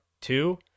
two